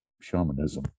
shamanism